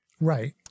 Right